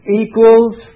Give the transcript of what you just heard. equals